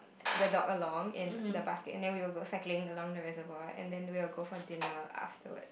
the dog along in the basket and then we will go cycling along the reservoir and then we will go for dinner afterwards